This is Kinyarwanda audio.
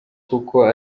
koko